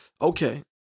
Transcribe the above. Okay